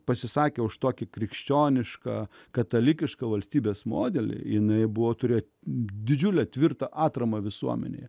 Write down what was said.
pasisakė už tokį krikščionišką katalikišką valstybės modelį jinai buvo turi didžiulę tvirtą atramą visuomenėje